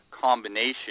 combination